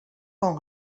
con